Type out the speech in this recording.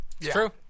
True